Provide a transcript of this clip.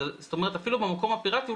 זאת אומרת, אפילו במקום הפיראטי.